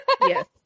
yes